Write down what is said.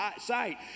sight